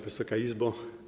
Wysoka Izbo!